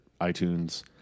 iTunes